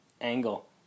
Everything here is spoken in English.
angle